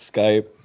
Skype